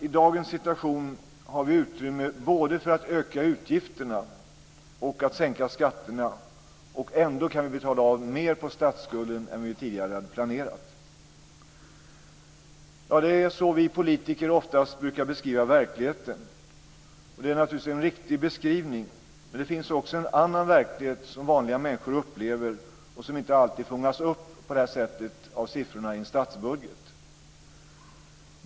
I dagens situation har vi utrymme både för att öka utgifterna och att sänka skatterna, och ändå kan vi betala av mer på statsskulden än vi tidigare hade planerat. Ja, det är så vi politiker oftast brukar beskriva verkligheten, och det är naturligtvis en riktig beskrivning. Men det finns också en annan verklighet som vanliga människor upplever och som inte alltid fångas upp av siffrorna i en statsbudget.